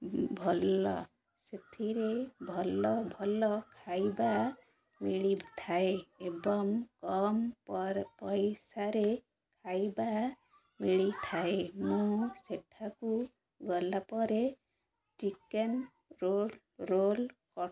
ଭଲ ସେଥିରେ ଭଲ ଭଲ ଖାଇବା ମିଳିଥାଏ ଏବଂ କମ୍ ପର୍ ପଇସାରେ ଖାଇବା ମିଳିଥାଏ ମୁଁ ସେଠାକୁ ଗଲା ପରେ ଚିକେନ ରୋ ରୋଲ୍ ଅ